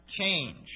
change